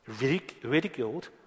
ridiculed